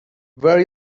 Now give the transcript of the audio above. where